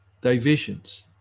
divisions